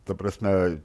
ta prasme